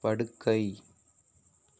படுக்கை